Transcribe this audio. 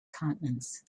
continents